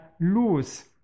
lose